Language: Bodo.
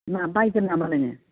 मा बायगोन नामा नोङो